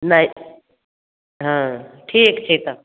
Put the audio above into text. नहि हाँ ठीक छै तऽ